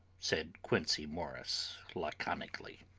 said quincey morris laconically.